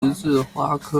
十字花科